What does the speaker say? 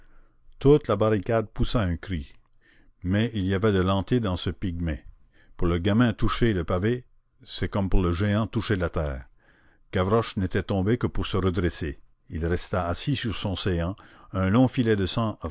toute la barricade poussa un cri mais il y avait de l'antée dans ce pygmée pour le gamin toucher le pavé c'est comme pour le géant toucher la terre gavroche n'était tombé que pour se redresser il resta assis sur son séant un long filet de sang